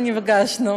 כן,